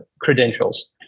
credentials